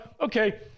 okay